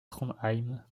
trondheim